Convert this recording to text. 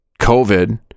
COVID